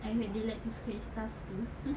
I heard they like to scratch stuff too